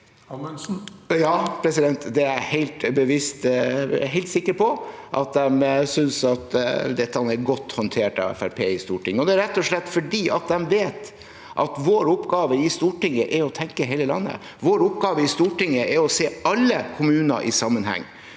Ja, jeg er helt sikker på at de synes dette er godt håndtert av Fremskrittspartiet i Stortinget. Det er rett og slett fordi de vet at vår oppgave i Stortinget er å tenke på hele landet, vår oppgave i Stortinget er å se alle kommuner i sammenheng.